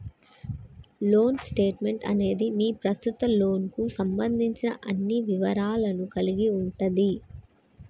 loan statement అనేది మీ ప్రస్తుత లోన్కు సంబంధించిన అన్ని వివరాలను కలిగి ఉంటది